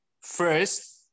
First